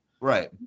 Right